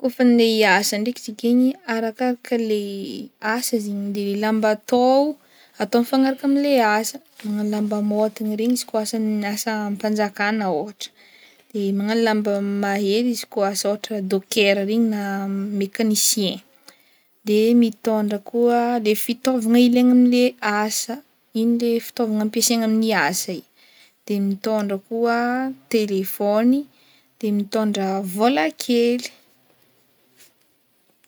Kaofa andeha hiasa ndray tsika igny, arakaraka le asa zegny le lamba atao, atao mifanaraka amle asa, magnagno lamba maontigny regny izy izy koa asa- asam-panjakana ôhatra, de magnagno lamba mahegny izy koa asa ôhatra hoe dokera regny na mekanisien, de mitôndra koa le fitaovagna ampiasaina amle asa, iny le fitaovana ampiasaigna amin'ny asa igny, de mitôndra koa telefony de mitôndra vôla kely.